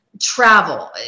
travel